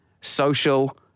social